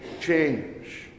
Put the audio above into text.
change